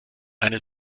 eine